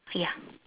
ya